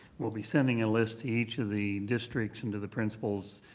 we'll be sending a list to each of the districts and to the principals,